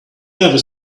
never